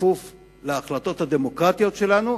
כפוף להחלטות הדמוקרטיות שלנו,